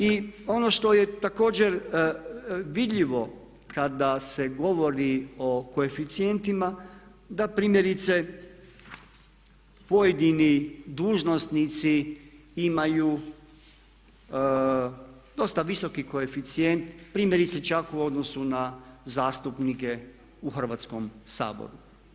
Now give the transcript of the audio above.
I ono što je također vidljivo kada se govori o koeficijentima da primjerice pojedini dužnosnici imaju dosta visoki koeficijent primjerice čak u odnosu na zastupnike u Hrvatskom saboru.